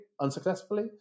unsuccessfully